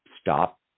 stop